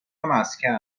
مسکن